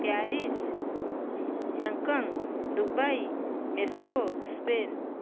Paris Hong Kong Dubai Moscow Spain